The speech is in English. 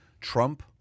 Trump